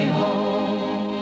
home